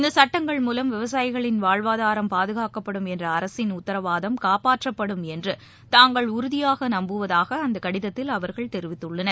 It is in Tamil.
இந்த சட்டங்கள் மூலம் விவசாயிகளின் வாழ்வாதாரம் பாதுகாக்கப்படும் என்ற அரசின் உத்தரவாதம் காப்பாற்றப்படும் என்று தாங்கள் உறுதியாக நம்புவதாக அந்த கடிதத்தில் அவர்கள் தெரிவித்துள்ளனர்